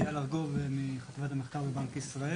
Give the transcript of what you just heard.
איל ארגוב מחטיבת המחקר בבנק ישראל.